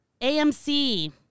AMC